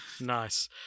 nice